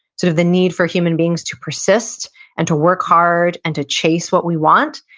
sort of the need for human beings to persist and to work hard and to chase what we want,